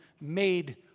made